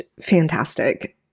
fantastic